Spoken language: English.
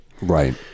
right